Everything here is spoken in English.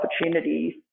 opportunities